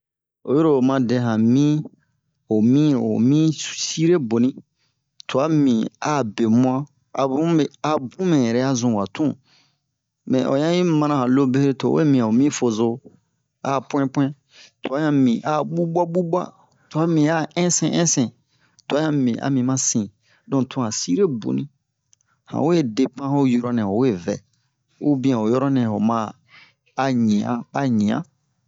oyiro o ma dɛ han min ho min ho min sire boni twa mibin a a bemuwan abun me abun mɛ yɛrɛ ya zun wa tun mɛ o ɲan yi mana han lobere to o we mi ho min fozo a a puwɛn-puwɛn twa ɲan mibin a a ɓuɓuwa-ɓuɓuwa twa mibin a a ɛnsɛn-ɛnsɛn twa ɲan mibin ami ma sin donk to han sire boni han we depan ho yɔrɔ-nɛ han we vɛ ubiyɛn ho yɔrɔ-nɛ homa a ɲa a ɲa